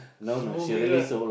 it's moving right